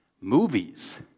movies